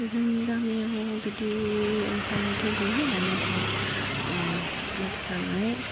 जोंनि गामिआव बिदि ओंखारनायथ' गैया नाथाय मोसानाय